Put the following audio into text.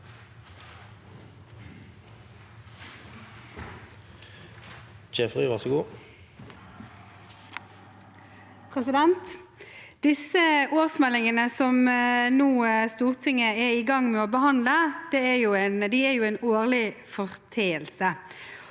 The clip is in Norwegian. årsmeldin- gene som Stortinget nå er i gang med å behandle, er en årlig foreteelse,